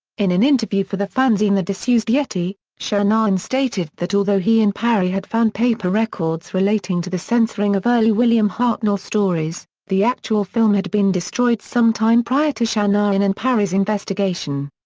in an interview for the fanzine the disused yeti, shanahan stated that although he and parry had found paper records relating to the censoring of early william hartnell stories, the actual film had been destroyed some time prior to shanahan and parry's investigation.